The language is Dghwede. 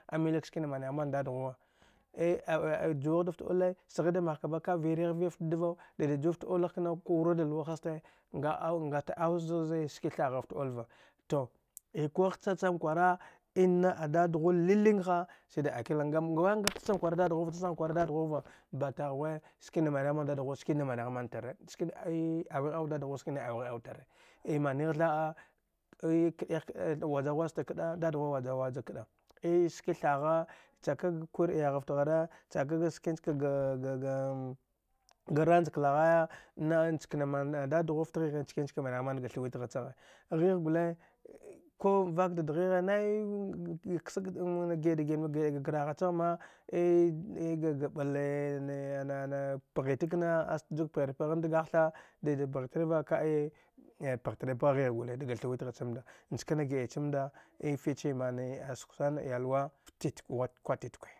A milik skina managhi man dad ghuwa juwaghi dafta oule sghida magh kaba ka’a virigh viga fta dvau dida ju fta oulagh knau ku wura da luwa hoste nga au ngata au zazi ski thagha fta oulva tu ikwagh cha cham in a a dad ghu lilangh sida akilagh cha cham kwara dad ghu hava batagh we skina managhi man dad ghu skina managhi man tare awighi au dada ghwa skina awaghi au tare a manigh tha’a wajaghu waj ta kɗa dadghu waja ghu waj kɗa ei ski thagha chaka ga kwir iyaagh fta ghare chaka ya skin chkaga ga ranj klaghaya naghin chikan na mann a dad ghufta ghighi n chkani chka mana ghi ma ga ranj klanghaya naghin chikan na man a ddad ghufta ghighi nchkani chka mana ghi man ga thuwit gha cha ghe ghigh gule kum vak dad ghighe gi’a ga graha chagh ma ga balee ana ana pghitakna ast ju pghir pghan dgahtha dida pagh trin va ka’a pagh tri pgha ghigh. Gule dga thuwitgha cham nda nchkana gi’a cham nda a fiche mane a suka sana iyalwa titku wat.